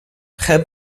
très